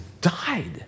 died